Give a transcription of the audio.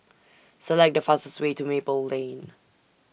Select The fastest Way to Maple Lane